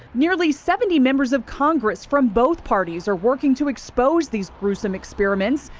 nearly seventy members of congress from both parties are working to expose these gruesome experiments.